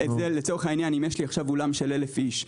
אם יש לי אולם ל-1,000 אנשים,